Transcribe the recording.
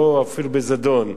אפילו שלא בזדון.